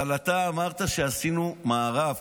אבל אתה אמרת שעשינו מארב,